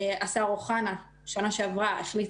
בשנה שעברה,